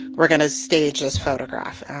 we're gonna stage this photograph.